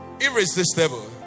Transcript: irresistible